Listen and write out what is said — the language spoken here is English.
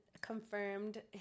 confirmed